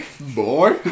Boy